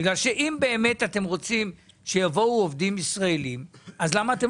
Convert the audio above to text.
אם אתם רוצים שיבואו עובדים ישראלים למה אתם